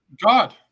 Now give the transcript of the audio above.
God